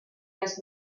las